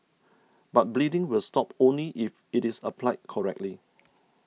but bleeding will stop only if it is applied correctly